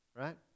right